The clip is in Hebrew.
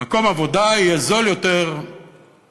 מקום עבודה יהיה זול יותר למדינה,